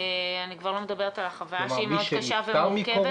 אני כבר לא מדברת על החוויה שהיא מאוד קשה ומורכבת.